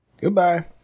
Goodbye